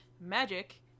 magic